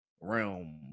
realm